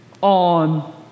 on